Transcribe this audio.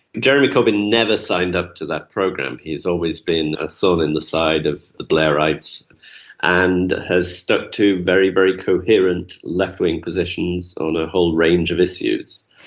jeremy corbyn never signed up to that program. he has always been a so thorn in the side of the blairites and has stuck to very, very coherent left-wing positions on a whole range of issues.